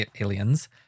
aliens